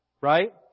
Right